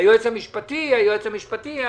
"היועץ המשפטי", "היועץ המשפטי"